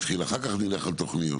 אחר כך נלך על תוכניות.